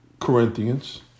Corinthians